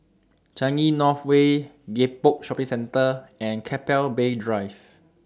Changi North Way Gek Poh Shopping Centre and Keppel Bay Drive